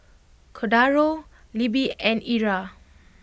Cordaro Libbie and Ira